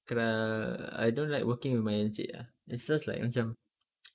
kira I don't like working with my encik ah it's just like macam